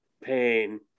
pain